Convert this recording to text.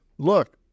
Look